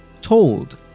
told